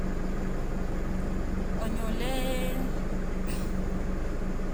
onyoleeeeee